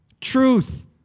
truth